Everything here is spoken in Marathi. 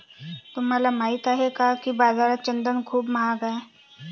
तुम्हाला माहित आहे का की बाजारात चंदन खूप महाग आहे?